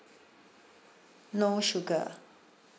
no sugar